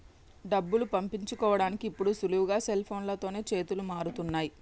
డబ్బులు పంపించుకోడానికి ఇప్పుడు సులువుగా సెల్ఫోన్లతోనే చేతులు మారుతున్నయ్